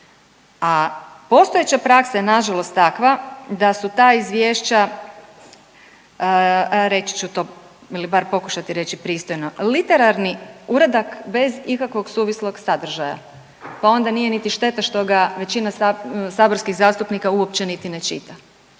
A postojeća praksa je nažalost takva da su ta izvješća reći ću to ili bar pokušati reći pristojno literarni uradak bez ikakvog suvislog sadržaja pa onda nije niti šteta što ga većina saborskih zastupnika uopće niti ne čita,